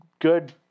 good